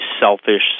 selfish